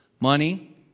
Money